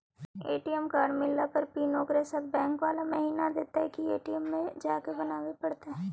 ATM card मिलला पर pin ओकरे साथे बैक बाला महिना देतै कि ए.टी.एम में जाके बना बे पड़तै?